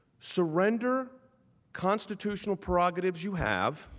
surrender constitutional providence you have